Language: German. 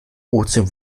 ozean